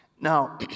Now